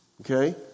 okay